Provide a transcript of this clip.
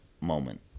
moment